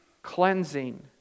cleansing